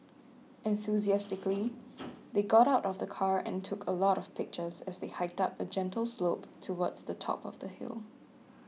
enthusiastically they got out of the car and took a lot of pictures as they hiked up a gentle slope towards the top of the hill